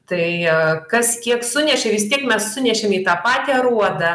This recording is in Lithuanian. tai kas kiek sunešė vis tiek mes sunešėme į tą patį aruodą